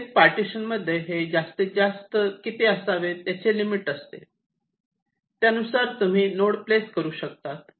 प्रत्येक पार्टिशन मध्ये हे जास्तीत जास्त किती असावे याचे लिमिट असते त्यानुसार तुम्ही नोड प्लेस करू शकतात